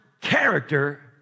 character